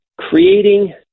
creating